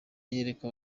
yereka